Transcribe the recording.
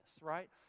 right